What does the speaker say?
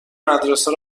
مدرسه